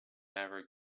ever